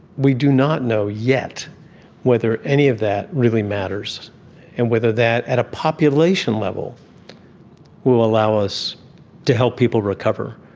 we do not know yet whether any of that really matters and whether that at a population level will allow us to help people recover.